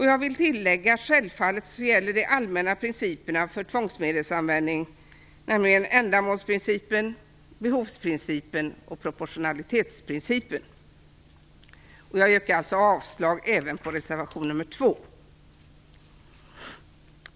Jag vill tillägga att de allmänna principerna för tvångsmedelsanvändning, nämligen ändamålsprincipen, behovsprincipen och proportionalitetsprincipen, självfallet gäller. Jag yrkar alltså avslag även på reservation 2.